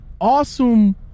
awesome